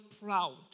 proud